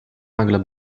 nagle